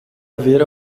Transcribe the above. haver